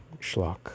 schlock